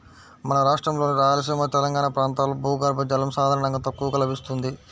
మన రాష్ట్రంలోని రాయలసీమ, తెలంగాణా ప్రాంతాల్లో భూగర్భ జలం సాధారణంగా తక్కువగా లభిస్తుంది